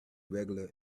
regular